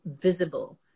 visible